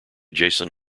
jason